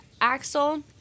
axel